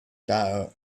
star